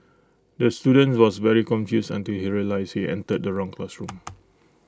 the student was very confused until he realised he entered the wrong classroom